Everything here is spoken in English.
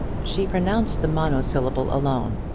she pronounced the monosyllable alone,